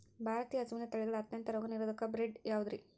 ಭಾರತೇಯ ಹಸುವಿನ ತಳಿಗಳ ಅತ್ಯಂತ ರೋಗನಿರೋಧಕ ಬ್ರೇಡ್ ಯಾವುದ್ರಿ?